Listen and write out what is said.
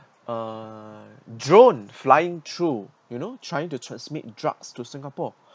uh drone flying through you know trying to transmit drugs to singapore